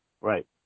Right